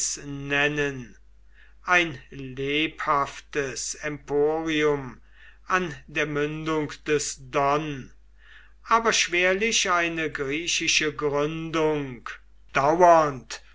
nennen ein lebhaftes emporium an der mündung des don aber schwerlich eine griechische gründung dauernd